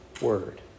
word